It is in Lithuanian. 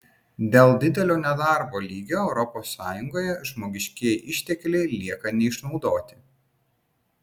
dėl didelio nedarbo lygio europos sąjungoje žmogiškieji ištekliai lieka neišnaudoti